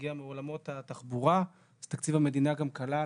מגיע מעולמות התחבורה, אז תקציב המדינה גם כלל